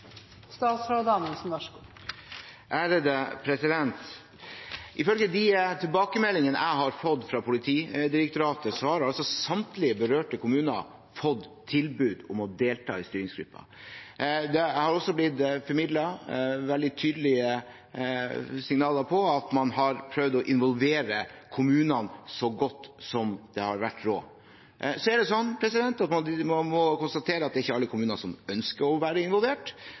Ifølge de tilbakemeldingene jeg har fått fra Politidirektoratet, har samtlige berørte kommuner fått tilbud om å delta i styringsgruppen. Det har også blitt formidlet veldig tydelige signaler om at man har prøvd å involvere kommunene så godt som det har vært råd. Så må man konstatere at det er ikke alle kommuner som ønsker å være involvert,